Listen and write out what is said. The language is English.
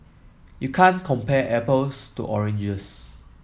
you can't compare apples to oranges